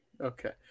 okay